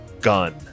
gun